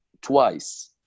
twice